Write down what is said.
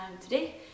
today